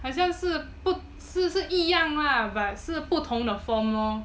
好像是不是是一样吗可是不同的 form lor